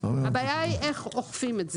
הבעיה היא איך אוכפים את זה.